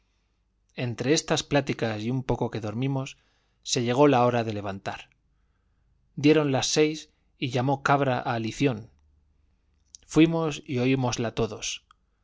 entre estas pláticas y un poco que dormimos se llegó la hora de levantar dieron las seis y llamó cabra a lición fuimos y oímosla todos